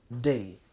day